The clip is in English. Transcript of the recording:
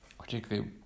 particularly